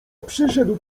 przyszedł